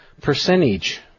percentage